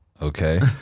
Okay